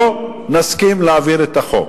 לא נסכים להעביר את החוק.